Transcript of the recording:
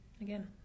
Again